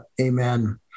amen